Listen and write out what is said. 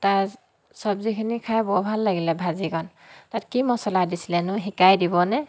তাত চব্জিখিনি খাই বৰ ভাল লাগিলে ভাজিখন তাত কি মছলা দিছিলে নো শিকাই দিবনে